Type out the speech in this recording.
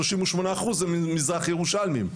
שלושים ושמונה אחוז הם מזרח ירושלמים.